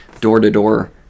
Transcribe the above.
door-to-door